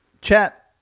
chat